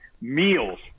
meals